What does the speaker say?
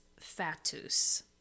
Fatus